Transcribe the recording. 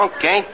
Okay